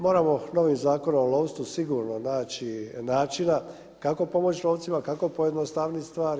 Moramo novim Zakonom o lovstvu sigurno naći načina kako pomoći lovcima, kako pojednostavniti stvari.